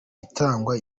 itangwa